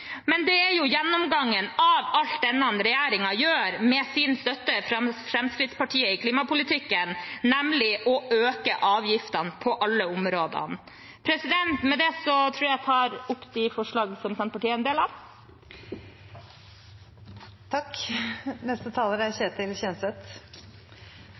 Men det er jo gjennomgående i alt denne regjeringen gjør med støtte fra Fremskrittspartiet i klimapolitikken, nemlig å øke avgiftene på alle områder. Jeg må starte der representanten Sandra Borch fra Senterpartiet sluttet. Det er jo verdens dårligste eksempel når hun tar opp veibruksavgiften, som Senterpartiet